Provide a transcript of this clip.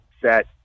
set